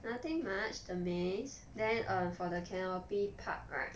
nothing much the maze then err for the canopy park right